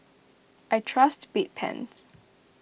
I trust Bedpans